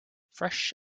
fresh